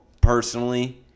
personally